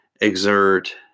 exert